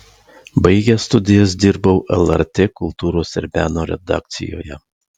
baigęs studijas dirbau lrt kultūros ir meno redakcijoje